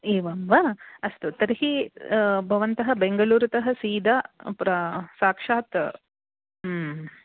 एवं वा अस्तु तर्हि भवन्तः बेङ्गलूरुतः सीदा प्रा साक्षात्